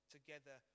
Together